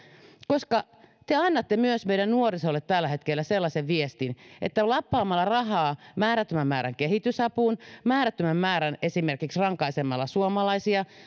koska te annatte myös meidän nuorisolle tällä hetkellä sellaisen viestin että lappamalla rahaa määrättömän määrän kehitysapuun määrättömän määrän rankaisemalla suomalaisia ja